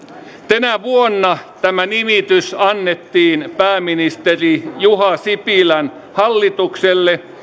tänä vuonna tämä nimitys annettiin pääministeri juha sipilän hallitukselle